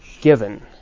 given